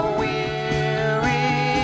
weary